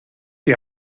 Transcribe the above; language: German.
die